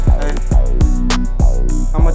I'ma